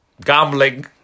gambling